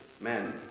men